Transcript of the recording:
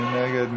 מי נגד?